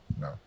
no